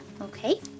okay